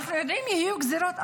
אנחנו יודעים שיהיו גזרות,